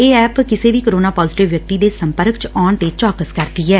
ਇਹ ਐਪ ਕਿਸੇ ਵੀ ਕੋਰੋਨਾ ਪਾਜ਼ੇਟਿਵ ਵਿਅਕਤੀ ਦੇ ਸੰਪਰਕ ਚ ਆਉਣ ਤੇ ਚੌਕਸ ਕਰਦੀ ਐ